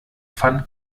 fand